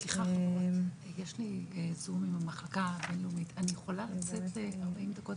זאת תקנה שהיא רק ליום אחד.